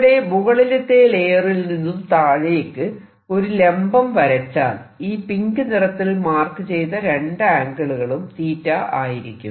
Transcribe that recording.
ഇവിടെ മുകളിലത്തെ ലെയറിൽ നിന്നും താഴേക്ക് ഒരു ലംബം വരച്ചാൽ ഈ പിങ്ക് നിറത്തിൽ മാർക്ക് ചെയ്ത രണ്ടു ആംഗിളുകളും ആയിരിക്കും